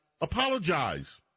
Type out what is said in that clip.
Apologize